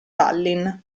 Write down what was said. tallinn